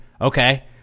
Okay